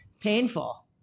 painful